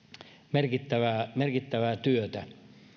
merkittävää merkittävää työtä mutta